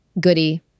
Goody